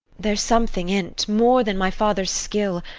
there's something in't more than my father's skill,